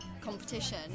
competition